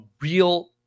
real